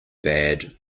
bad